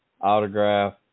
autograph